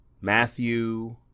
Matthew